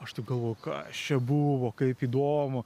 aš taip galvoju kas čia buvo kaip įdomu